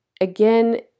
again